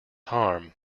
harm